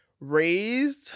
raised